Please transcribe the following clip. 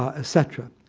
ah cetera.